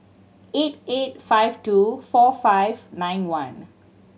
eight eight five two four five nine one